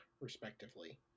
respectively